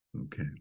Okay